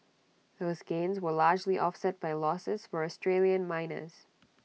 those gains were largely offset by losses for Australian miners